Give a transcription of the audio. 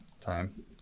time